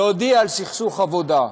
להודיע על סכסוך עבודה,